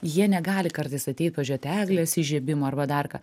jie negali kartais ateit pažiūrėt eglės įžiebimo arba dar ką